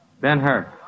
Ben-Hur